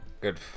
Good